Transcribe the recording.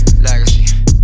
legacy